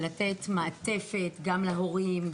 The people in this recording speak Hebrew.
לתת מעטפת גם להורים,